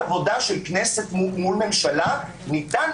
מכניסים אותם לסטטיסטיקה ומראים: הנה,